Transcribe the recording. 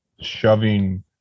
shoving